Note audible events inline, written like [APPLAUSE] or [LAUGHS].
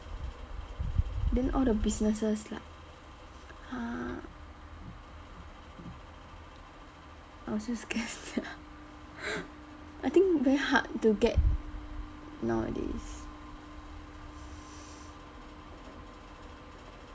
then all the businesses like !huh! I also scared sia [LAUGHS] I think very hard to get nowadays